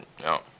No